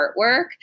artwork